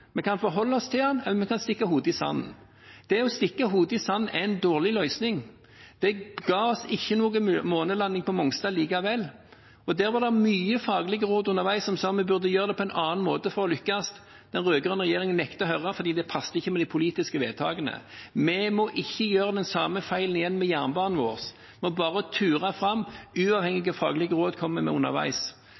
Vi kan forholde oss til den, eller vi kan stikke hodet i sanden. Det å stikke hodet i sanden er en dårlig løsning. Det ga oss ingen månelanding på Mongstad likevel, og der var det mange faglige råd underveis som sa at vi burde gjøre det på en annen måte for å lykkes. Den rød-grønne regjeringen nektet å høre, for det passet ikke med de politiske vedtakene. Vi må ikke gjøre den samme feilen igjen med jernbanen vår – bare ture fram, uavhengig av hvilke faglige råd som kommer underveis.